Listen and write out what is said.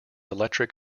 electric